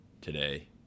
today